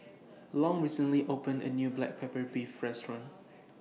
Long recently opened A New Black Pepper Beef Restaurant